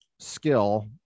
Skill